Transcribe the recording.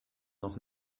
noch